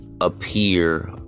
appear